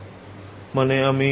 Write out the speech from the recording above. ছাত্রছাত্রী মানেআমি